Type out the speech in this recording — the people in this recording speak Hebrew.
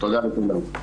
מודה לכולם,